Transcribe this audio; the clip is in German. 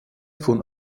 von